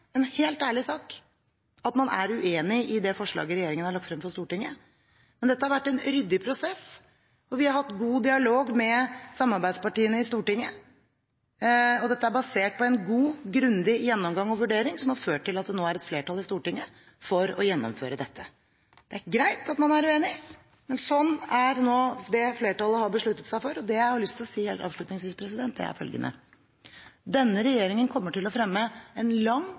ærlig sak at man er uenig i det forslaget regjeringen har lagt frem for Stortinget, men dette har vært en ryddig prosess, og vi har hatt god dialog med samarbeidspartiene i Stortinget. Dette er basert på en god, grundig gjennomgang og vurdering, som har ført til at det nå er et flertall i Stortinget for å gjennomføre dette. Det er greit at man er uenig, men sånn er nå det flertallet har besluttet seg for. Det jeg har lyst til å si helt avslutningsvis, er følgende: Denne regjeringen kommer til å fremme en lang